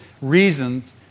reasons